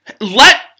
let